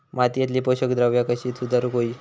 मातीयेतली पोषकद्रव्या कशी सुधारुक होई?